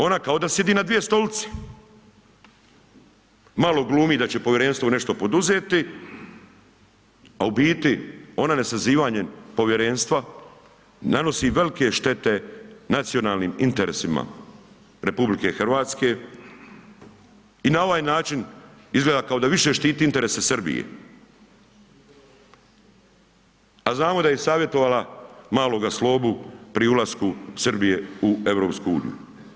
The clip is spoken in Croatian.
Ona kao da sidi na 2 stolice, malo glumi da će povjerenstvo nešto poduzeti, a u biti ona nesazivanje povjerenstva, nanosi velike štete nacionalnim interesima RH i na ovaj način izgleda kao da više štiti interese Srbije, a znamo da je savjetovala maloga slogu pri ulasku Srbije u EU.